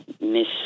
Miss